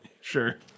sure